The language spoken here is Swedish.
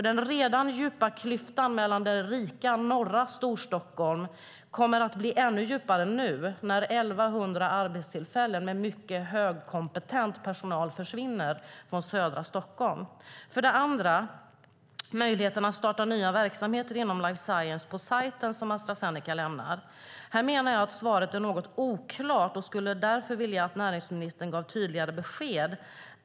Den redan djupa klyftan mellan det rika norra Storstockholm och södra Stockholm kommer att bli ännu djupare nu när 1 100 arbetstillfällen med mycket högkompetent personal försvinner från södra Stockholm. För det andra gäller det möjligheten att starta nya verksamheter inom life science på sajten som Astra Zeneca lämnar. Här menar jag att svaret är något oklart och skulle därför vilja att näringsministern gav tydligare besked.